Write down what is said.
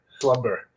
slumber